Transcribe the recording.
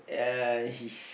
uh he's